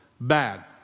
bad